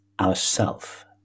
ourself